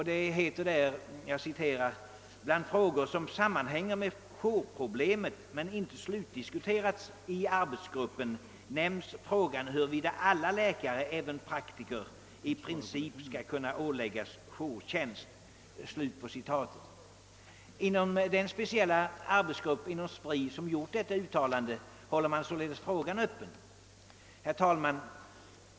Det heter där: »Bland frågor som sammanhänger med jourproblemet men inte slutdiskuterats i arbetsgruppen nämns frågan huruvida alla läkare, även praktiker, i princip skall kunna åläggas jourtjänst.« I den speciella arbetsgrupp inom SPRI som gjort detta uttalande håller man sålunda frågan öppen. Herr talman!